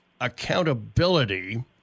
accountability